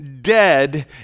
dead